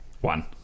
One